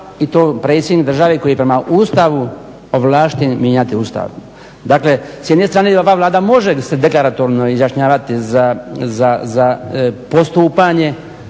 i to predsjednik države koji je prema Ustavu ovlašten mijenjati Ustav. Dakle, s jedne strane i ova Vlada može se deklaratorno izjašnjavati za postupanje,